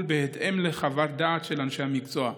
בהתאם לחוות דעת של אנשי המקצוע,